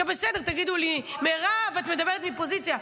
בסדר, תגידו לי: מירב, את מדברת מפוזיציה.